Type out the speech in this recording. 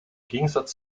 gegensatz